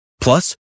Plus